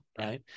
Right